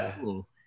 cool